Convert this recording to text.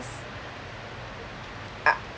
ah